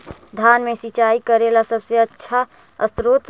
धान मे सिंचाई करे ला सबसे आछा स्त्रोत्र?